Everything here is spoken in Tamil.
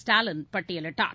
ஸ்டாலின் பட்டியலிட்டார்